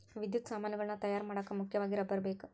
ವಿದ್ಯುತ್ ಸಾಮಾನುಗಳನ್ನ ತಯಾರ ಮಾಡಾಕ ಮುಖ್ಯವಾಗಿ ರಬ್ಬರ ಬೇಕ